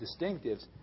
distinctives